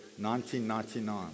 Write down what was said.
1999